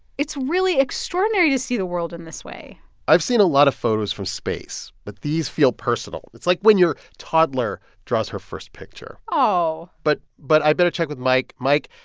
it's really extraordinary to see the world in this way i've seen a lot of photos from space, but these feel personal. it's like when your toddler draws her first picture aww but but i better check with mike. mike,